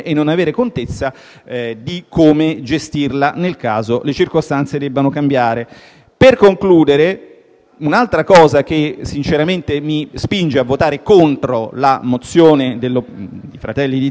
di come gestirla nel caso le circostanze debbano cambiare. Per concludere, un'altra cosa che sinceramente mi spinge a votare contro la mozione di Fratelli d'Italia